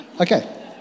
Okay